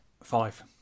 Five